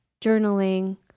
journaling